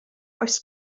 oes